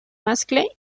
mascle